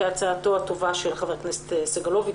כהצעתו הטובה של חבר הכנסת סגלוביץ,